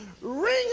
ring